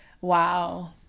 Wow